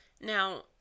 Now